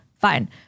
Fine